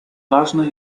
ważne